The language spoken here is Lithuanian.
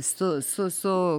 su su su